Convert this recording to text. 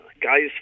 guys